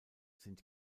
sind